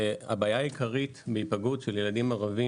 הבעיה העיקרית מהיפגעות של ילדים ערבים